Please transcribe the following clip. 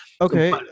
Okay